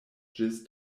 ĝis